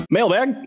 Mailbag